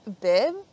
bib